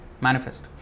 manifest